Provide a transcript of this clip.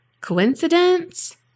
Coincidence